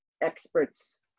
experts